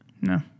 No